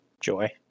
joy